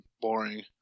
boring